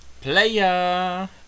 player